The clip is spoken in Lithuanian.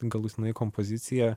galutinai kompoziciją